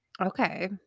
Okay